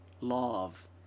Love